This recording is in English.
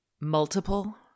Multiple